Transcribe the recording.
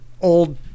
old